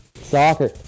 soccer